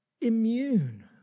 immune